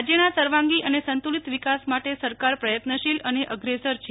રાજયના સર્વાંગી અને સંતુલિત વિકાસમાટે સરકાર પ્રયત્નશીલ અને અગ્રેસર છે